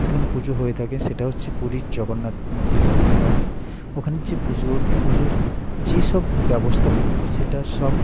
যতগুনো পুজো হয়ে থাকে সেটা হচ্ছে পুরীর জগন্নাথ মন্দিরের পুজো হয় ওখানে যে পুজোর পুজোর যে সব ব্যবস্থাপনা সেটা সব